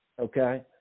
okay